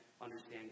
understand